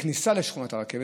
בכניסה לשכונת הרכבת,